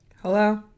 Hello